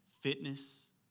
fitness